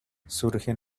surgen